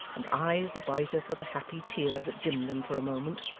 and eyes the brighter for the happy tear that dimmed them for a moment,